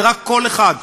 זה רק קול אחד,